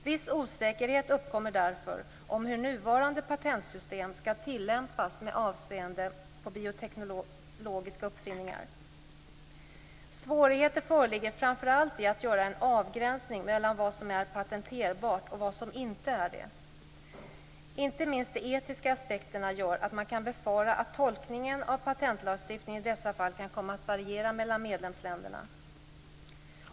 Viss osäkerhet uppkommer därför om hur nuvarande patentsystem skall tillämpas med avseende på bioteknologiska uppfinningar. Svårigheter föreligger framför allt i att göra en avgränsning mellan vad som är patenterbart och vad som inte är det. Inte minst de etiska aspekterna gör att man kan befara att tolkningen av patentlagstiftningen i dessa fall kan komma att variera mellan medlemsländerna.